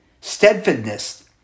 steadfastness